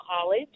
college